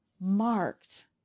marked